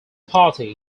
party